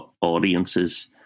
audiences